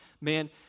man